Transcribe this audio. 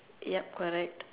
yup correct